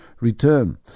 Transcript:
return